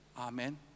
Amen